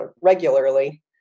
regularly